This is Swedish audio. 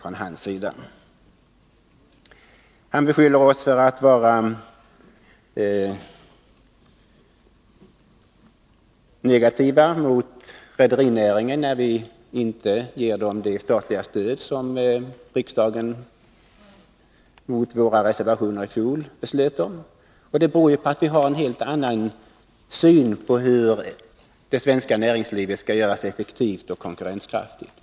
Vidare beskyller Kurt Hugosson oss för att vara negativt inställda till rederinäringen, eftersom vi inte är beredda att medverka till det statliga stöd som riksdagen, trots våra reservationer i fjol, fattade beslut om. Vi har nämligen en helt annan syn när det gäller det sätt på vilket det svenska näringslivet skall göras effektivt och konkurrenskraftigt.